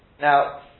Now